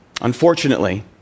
Unfortunately